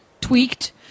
tweaked